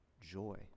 joy